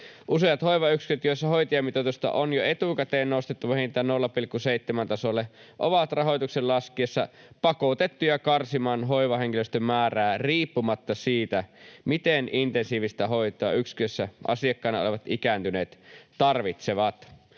Useat hoivayksiköt, joissa hoitajamitoitusta on jo etukäteen nostettu vähintään 0,7:n tasolle, ovat rahoituksen laskiessa pakotettuja karsimaan hoivahenkilöstön määrää riippumatta siitä, miten intensiivistä hoitoa yksikössä asiakkaina olevat ikääntyneet tarvitsevat.